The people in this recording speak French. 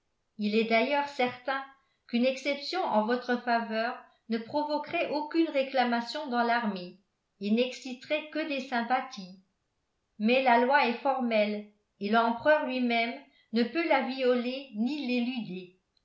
il est d'ailleurs certain qu'une exception en votre faveur ne provoquerait aucune réclamation dans l'armée et n'exciterait que des sympathies mais la loi est formelle et l'empereur lui-même ne peut la violer ni l'éluder